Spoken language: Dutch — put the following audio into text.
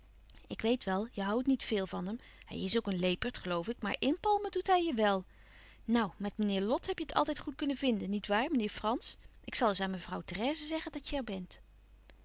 ik weet wel je houdt niet veel van hem hij is ook een leepert geloof ik maar inpalmen doet hij je wel nou met meneer lot heb je het altijd goed kunnen vinden niet waar meneer frans ik zal eens aan mevrouw therèse zeggen dat je er bent